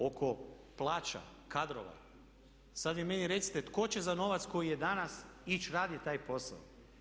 Oko plaća, kadrova, sad vi meni recite tko će za novac koji je danas ići raditi taj posao?